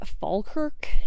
Falkirk